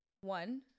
one